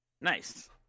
Nice